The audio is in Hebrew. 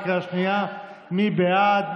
מי בעד?